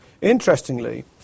Interestingly